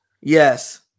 Yes